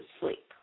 sleep